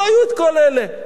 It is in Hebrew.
לא היו כל אלה.